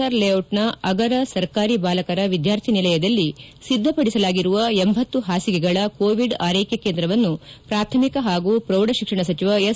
R ಲೇಡಿಟ್ ನ ಅಗರ ಸರ್ಕಾರಿ ಬಾಲಕರ ವಿದ್ಹಾರ್ಥಿ ನಿಲಯದಲ್ಲಿ ಸಿದ್ದಪಡಿಸಲಾಗಿರುವ ಎಂಬತ್ತು ಹಾಸಿಗೆಗಳ ಕೋವಿಡ್ ಆರೈಕೆ ಕೇಂದ್ರವನ್ನು ಪ್ರಾಥಮಿಕ ಹಾಗೂ ಪ್ರೌಢ ಶಿಕ್ಷಣ ಸಚಿವ ಎಸ್